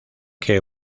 que